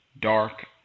Dark